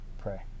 Pray